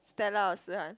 Stella or Si-Han